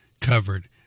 covered